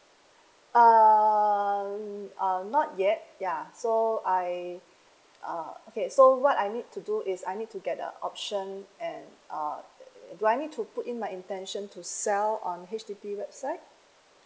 um um not yet ya so I uh okay so what I need to do is I need to get a option and uh do I need to put in my intention to sell on H_D_B website